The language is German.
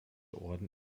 orden